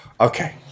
Okay